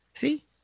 See